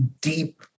deep